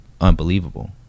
unbelievable